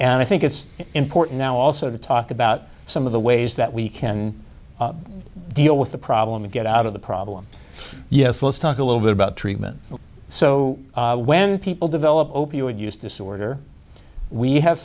and i think it's important now also to talk about some of the ways that we can deal with the problem and get out of the problem yes let's talk a little bit about treatment so when people develop opioid use disorder we have